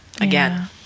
again